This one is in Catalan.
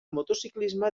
motociclisme